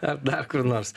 ar dar kur nors